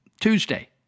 Tuesday